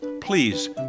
Please